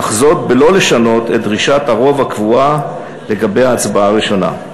אך בלא לשנות את דרישת הרוב הקבועה לגבי ההצבעה הראשונה.